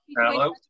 Hello